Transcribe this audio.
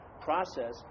process